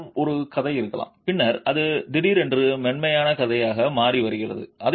உங்களிடம் ஒரு கதை இருக்கலாம் பின்னர் அது திடீரென்று மென்மையான கதையாக மாறி வருகிறது